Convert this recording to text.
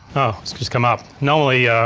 oh it's just come up. normally,